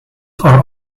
are